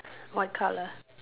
what colour